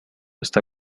está